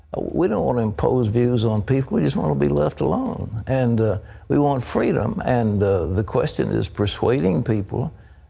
ah we don't want to impose views on people. we just want to be left alone. and we want freedom. and the question is persuading people